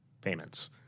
payments